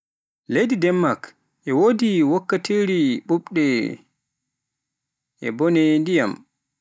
Leydi Denmak, e wodi wakkati ɓuuɓɗo e bone ndiyam.